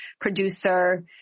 producer